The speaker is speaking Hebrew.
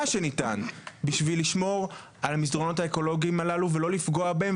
על מנת לשמור על המסדרונות האקולוגים הללו ולא לפגוע בהם,